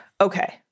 okay